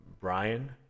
Brian